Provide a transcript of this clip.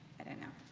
i don't know.